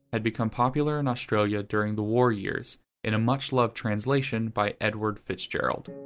had become popular in australia during the war years in a much-loved translation by edward fitzgerald.